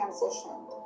transition